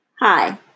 Hi